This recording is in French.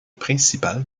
principale